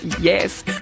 yes